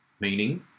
Meaning